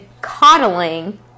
coddling